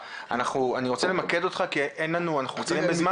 אני רוצה למקד אותך כי אנחנו קצרים בזמן